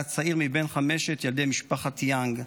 היה צעיר מבין חמשת ילדי משפחת יאנג,